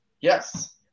Yes